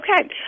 Okay